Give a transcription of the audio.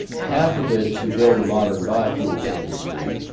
half of it to build a modern biofuels industry